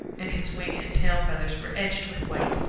and his wing and tail feathers were edged with white.